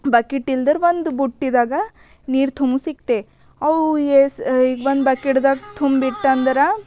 bucket ಇಲ್ದಿದ್ರ ಒಂದು ಬುಟ್ಟಿದಾಗ ನೀರು ತುಂಬಿಸಿ ಇಕ್ತೆ ಅವು ಒಂದು ಬಕೆಟ್ದಾಗ ತುಂಬಿಟ್ಟ ಅಂದ್ರೆ